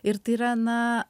ir tai yra na